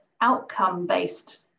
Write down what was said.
outcome-based